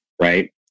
right